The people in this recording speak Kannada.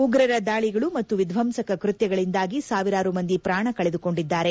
ಉಗ್ರರ ದಾಳಿಗಳು ಮತ್ತು ವಿಧ್ವಂಸಕ ಕೃತ್ಯಗಳಿಂದಾಗಿ ಸಾವಿರಾರು ಮಂದಿ ಪ್ರಾಣ ಕಳೆದುಕೊಂಡಿದ್ದಾರೆ